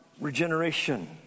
regeneration